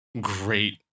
great